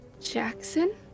Jackson